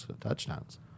touchdowns